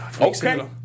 Okay